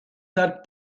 that